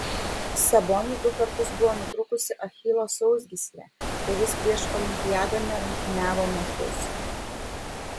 saboniui du kartus buvo nutrūkusi achilo sausgyslė ir jis prieš olimpiadą nerungtyniavo metus